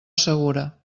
segura